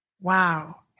Wow